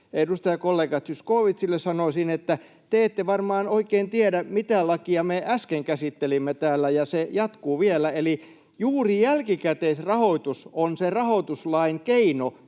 Edustajakollega Zyskowiczille sanoisin, että te ette varmaan oikein tiedä, mitä lakia me äsken käsittelimme täällä, ja se jatkuu vielä, eli juuri jälkikäteisrahoitus on se rahoituslain keino,